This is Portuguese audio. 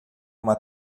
uma